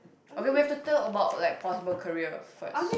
okay we have to tell about like possible career first